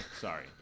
Sorry